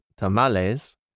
Tamales